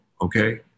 okay